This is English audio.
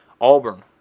Auburn